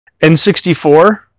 N64